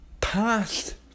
Past